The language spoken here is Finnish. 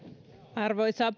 arvoisa